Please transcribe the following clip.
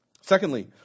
Secondly